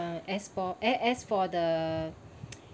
as for eh as for the